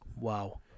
Wow